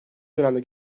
dönemde